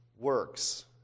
works